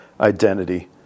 identity